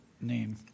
name